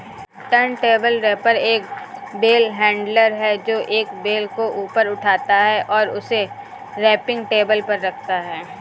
turntable wrapper एक bale handler है, जो एक बेल को ऊपर उठाता है और उसे रैपिंग टेबल पर रखता है